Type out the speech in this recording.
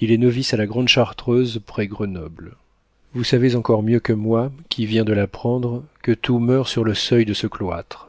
il est novice à la grande chartreuse près grenoble vous savez encore mieux que moi qui viens de l'apprendre que tout meurt sur le seuil de ce cloître